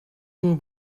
voor